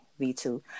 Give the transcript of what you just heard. v2